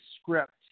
script